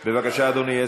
בבקשה, אדוני.